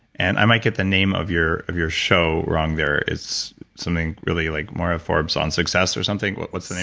and i might get the name of your of your show wrong there. it's something really like moira forbes on success or something? what's the name